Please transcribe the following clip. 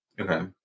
Okay